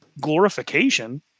glorification